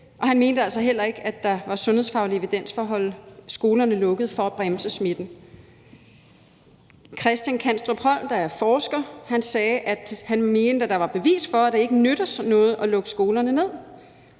og han mente altså heller ikke, at der var sundhedsfaglig evidens for at holde skolerne lukkede for at bremse smitten. Christian Kanstrup Holm, der er forsker, sagde, at han mente, at der var bevis for, at det ikke nytter noget at lukke skolerne ned.